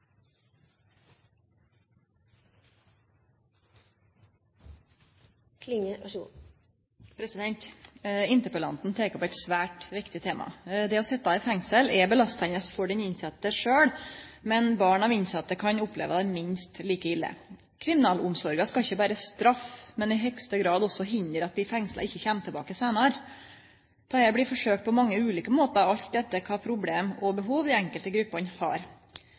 den innsette sjølv, men barn av innsette kan oppleve det minst like ille. Kriminalomsorga skal ikkje berre vere straff, men i høgste grad også hindre at dei fengsla kjem tilbake seinare. Dette blir forsøkt på veldig mange ulike måtar, alt etter kva problem og behov dei enkelte gruppene har.